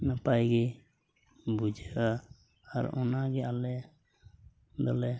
ᱱᱟᱯᱟᱭ ᱜᱮ ᱵᱩᱡᱷᱟᱹᱣᱜᱼᱟ ᱟᱨ ᱚᱱᱟᱜᱮ ᱟᱞᱮ ᱫᱚᱞᱮ